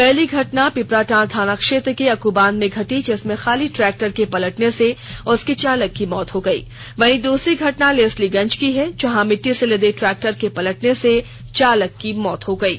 पहली घटना पीपड़ाटांड थाना क्षेत्र के अक्बांध में घटी जिसमें खाली ट्रैक्टर के पलटने से उसके चालक की मौत हो गयी वहीं दूसरी घटना लेस्लीगंज की है जहां मिट्टी से लदे ट्रैक्टर के पलटने से चालक की मौत हो गयी